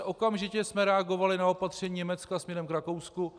Okamžitě jsme reagovali na opatření Německa směrem k Rakousku.